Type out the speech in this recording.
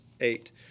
eight